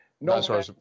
no